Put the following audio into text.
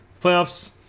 playoffs